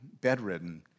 bedridden